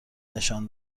نشان